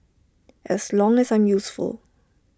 as long as I'm useful